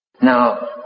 Now